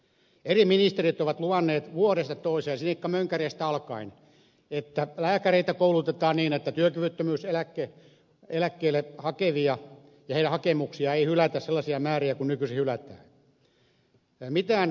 eri ministerit ovat luvanneet vuodesta toiseen sinikka mönkäreestä alkaen että lääkäreitä koulutetaan niin että työkyvyttömyyseläkkeelle hakevien hakemuksia ei hylätä sellaisia määriä kuin nykyisin hylätään